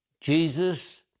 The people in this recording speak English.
Jesus